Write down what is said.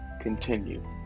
continue